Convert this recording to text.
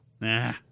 Nah